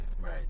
Right